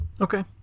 Okay